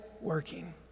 working